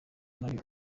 ari